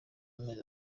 amezi